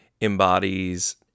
embodies